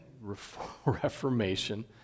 reformation